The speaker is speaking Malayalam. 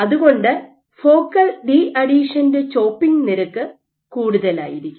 അതുകൊണ്ട് ഫോക്കൽ ഡീഅഥീഷൻന്റെ ചോപ്പിംഗ് നിരക്ക് കൂടുതലായിരിക്കും